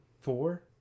four